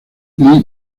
lee